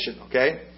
okay